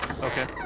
Okay